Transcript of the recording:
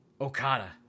Okada